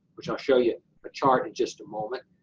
which i'll show you a chart in just a moment.